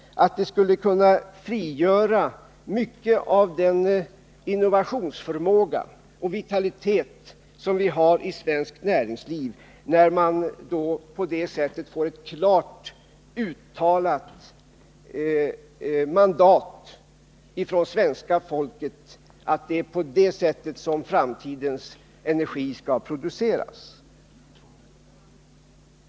Och det skulle kunna locka fram något av den innovationsförmåga och den vitalitet som vi har i svenskt näringsliv när man får ett klart uttalat mandat från svenska folket om det sätt på vilket energi i framtiden skall produceras.